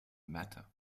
matter